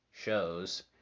shows